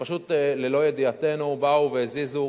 ופשוט ללא ידיעתנו באו והזיזו